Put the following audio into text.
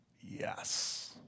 yes